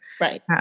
Right